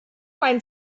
mein